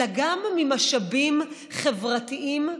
אלא גם ממשאבים חברתיים וערכיים.